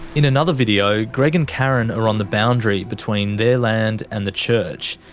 in another video, greg and karen are on the boundary between their land and the church.